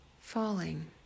Falling